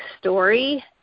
story